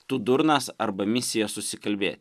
tu durnas arba misija susikalbėt